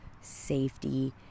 safety